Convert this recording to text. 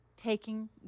taking